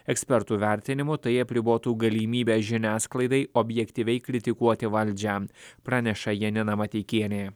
ekspertų vertinimu tai apribotų galimybę žiniasklaidai objektyviai kritikuoti valdžią praneša janina mateikienė